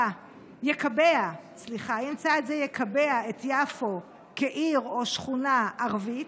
יקבע את יפו כעיר או שכונה ערבית?